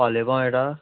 फाल्यां येवपा मेयटा